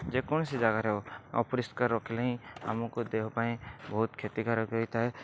ଯେକୌଣସି ଜାଗାରେ ହେଉ ଅପରିଷ୍କାର ରଖିଲେ ହିଁ ଆମକୁ ଦେହ ପାଇଁ ବହୁତ କ୍ଷତିକାରକ ହୋଇଥାଏ